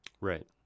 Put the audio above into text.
Right